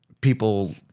people